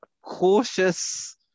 cautious